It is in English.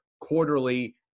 quarterly